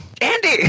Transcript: Andy